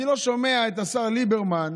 אני לא שומע את השר ליברמן,